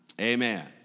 Amen